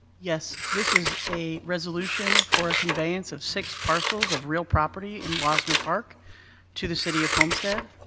yes. this is a resolution for a conveyance of six parcels of real property in losner park to the city of homestead.